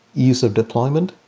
ease of deployment,